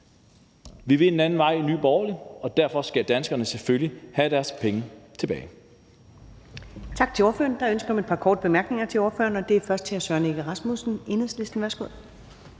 Vi vil en anden vej i Nye Borgerlige, og derfor skal danskerne selvfølgelig have deres penge tilbage.